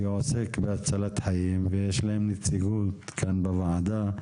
שעוסק בהצלת חיים ויש להם נציגות כאן בוועדה.